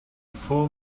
four